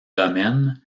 domaine